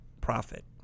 profit